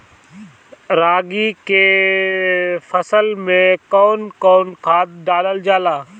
रागी के फसल मे कउन कउन खाद डालल जाला?